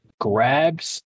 grabs